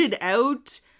out